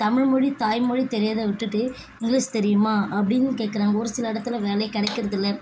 தமிழ்மொழி தாய்மொழி தெரியாம விட்டுவிட்டு இங்கிலீஷ் தெரியுமா அப்படின்னு கேக்கிறாங்க ஒரு சில இடத்துல வேலையே கிடைக்கிறதில்ல